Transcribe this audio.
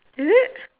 is it